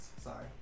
Sorry